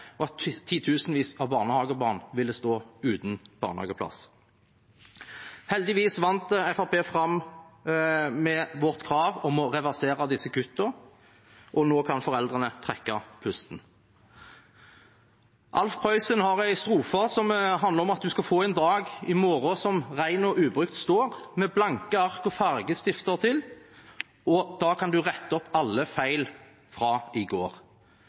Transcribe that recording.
og at titusenvis av barnehagebarn ville stå uten barnehageplass. Heldigvis vant Fremskrittspartiet fram med sitt krav om å reversere disse kuttene, og nå kan foreldrene trekke pusten. Alf Prøysen har en strofe som handler om at «Du ska få en dag i mårå som rein og ubrukt står med blanke ark og farjestifter tel, og da kæin du rette oppatt æille feil ifrå i går